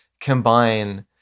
combine